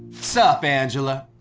sup angela?